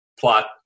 plot